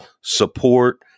support